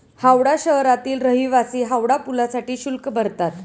हावडा शहरातील रहिवासी हावडा पुलासाठी शुल्क भरतात